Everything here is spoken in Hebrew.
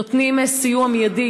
נותנים סיוע מיידי.